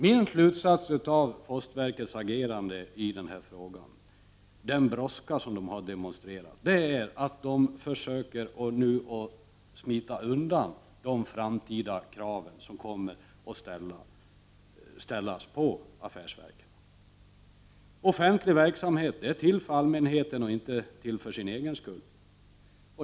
Min slutsats av postverkets agerande i denna fråga, av den brådska som har demonstrerats, är att postverket försöker att smita undan de framtida krav som kommer att ställas på affärsverken. Offentlig verksamhet är till för allmänheten och inte för sin egen skull.